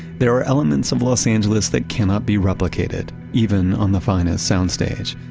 there are elements of los angeles that cannot be replicated, even on the finest soundstage,